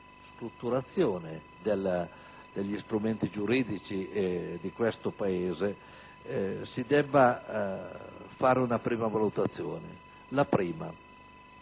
strutturazione degli strumenti giuridici di questo Paese si debba fare una prima valutazione. A